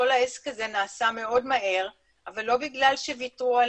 כל העסק הזה נעשה מהר מאוד אבל לא בגלל שוויתרו על